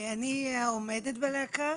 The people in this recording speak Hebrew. אני העומדת בלהקה